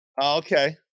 Okay